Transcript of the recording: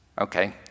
Okay